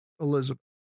Elizabeth